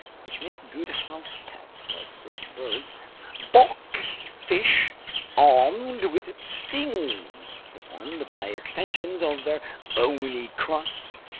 which make good house pets like certain birds boxfish armed with stings formed by extensions of their bony crusts,